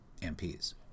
MPs